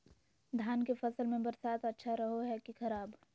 धान के फसल में बरसात अच्छा रहो है कि खराब?